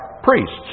priests